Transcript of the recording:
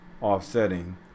offsetting